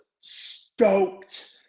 stoked